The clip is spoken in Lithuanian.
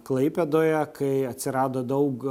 klaipėdoje kai atsirado daug